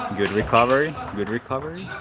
good recovery good recovery.